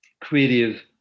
creative